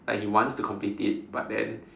like he wants to complete it but then